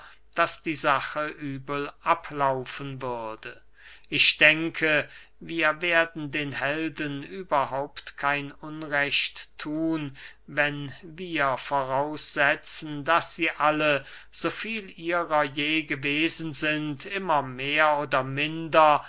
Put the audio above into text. daß die sache übel ablaufen würde ich denke wir werden den helden überhaupt kein unrecht thun wenn wir voraussetzen daß sie alle so viel ihrer je gewesen sind immer mehr oder minder